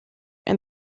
and